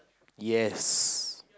yes